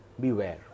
beware